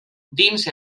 dins